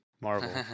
Marvel